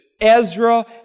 Ezra